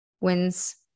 wins